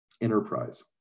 enterprise